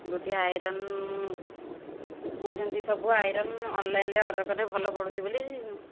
ଗୋଟିଏ ଆଇରନ୍ କହୁଛନ୍ତି ସବୁ ଆଇରନ୍ ଅନ୍ଲାଇନ୍ରେ ଅର୍ଡ଼ର୍ କଲେ ଭଲ ପଡ଼ୁଛି ବୋଲି